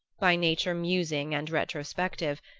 by nature musing and retrospective,